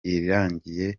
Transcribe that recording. irangiye